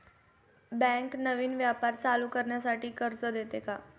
Bank नवीन व्यापार चालू करण्यासाठी कर्ज देते का?